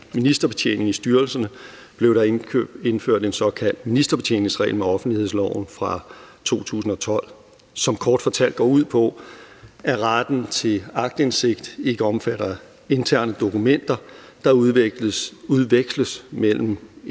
ministerbetjening i styrelserne blev der indført en såkaldt ministerbetjeningsregel med offentlighedsloven fra 2012, som kort fortalt går ud på, at retten til aktindsigt ikke omfatter interne dokumenter, der udveksles mellem et